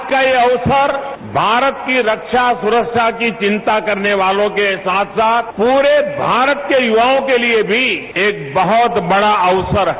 आज का यह अवसर भारत की रखा सुरक्षा की चिंता करने वालों के साथ पूरे भारत के युवाओं के लिए भी एक बहुत बड़ा अवसर है